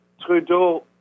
Trudeau